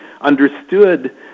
understood